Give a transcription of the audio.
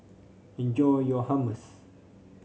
enjoy your Hummus